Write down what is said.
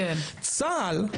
צה"ל,